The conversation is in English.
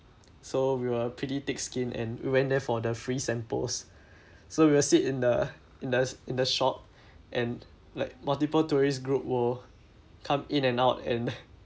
so we were pretty thick skinned and we went there for the free samples so we will sit in the in the in the shop and like multiple tourists group will come in and out and